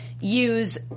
use